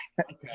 Okay